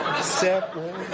Separate